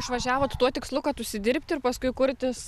išvažiavot tuo tikslu kad užsidirbti ir paskui kurtis